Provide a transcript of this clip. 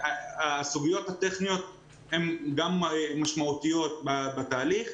הסוגיות הטכניות הן גם משמעותיות בתהליך.